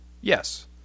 Yes